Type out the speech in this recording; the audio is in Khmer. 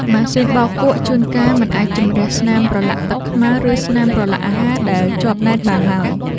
ម៉ាស៊ីនបោកគក់ជួនកាលមិនអាចជម្រះស្នាមប្រឡាក់ទឹកខ្មៅ ឬស្នាមប្រឡាក់អាហារដែលជាប់ណែនបានឡើយ។